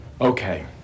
Okay